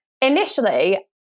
initially